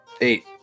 Eight